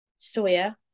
soya